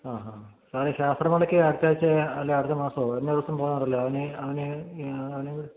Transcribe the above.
ആ ഹ അപ്പോൾ അവന് ശാസ്ത്രമേളക്ക് അടുത്ത ആഴ്ചയോ അല്ല അടുത്ത മാസമോ എന്നോ ഒരു ദിവസം പോകണമെന്നുണ്ടല്ലോ അവന് അവന് അവന്